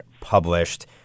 published